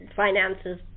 finances